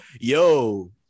Yo